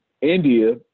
India